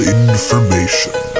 information